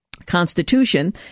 Constitution